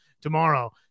tomorrow